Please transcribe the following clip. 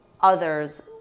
others